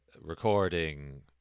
recording